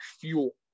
fuel